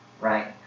right